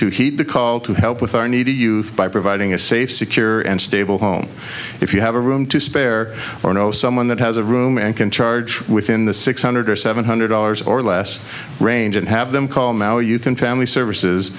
heed the call to help with our need to youth by providing a safe secure and stable home if you have a room to spare or know someone that has a room and can charge within the six hundred or seven hundred dollars or less range and have them call now you and family services